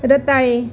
रताळे